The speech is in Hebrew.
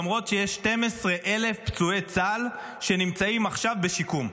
למרות שיש 12,000 פצועי צה"ל שנמצאים עכשיו בשיקום?